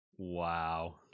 Wow